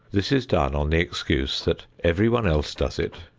this is done on the excuse that everyone else does it,